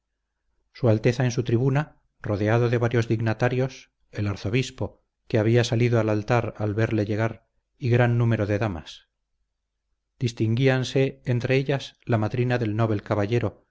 su alteza en su tribuna rodeado de varios dignatarios el arzobispo que había salido al altar al verle llega y gran número de damas distínguíase entre ellas la madrina del novel caballero